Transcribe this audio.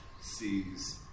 sees